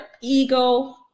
ego